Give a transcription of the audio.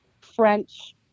French